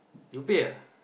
you pay ah